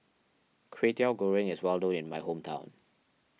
Kwetiau Goreng is well known in my hometown